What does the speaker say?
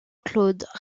claude